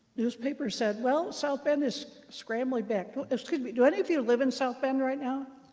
newspapers said, well south bend is scrambling back excuse me. do any of you live in south bend right now?